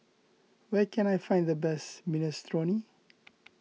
where can I find the best Minestrone